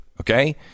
Okay